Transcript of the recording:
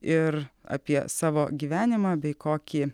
ir apie savo gyvenimą bei kokį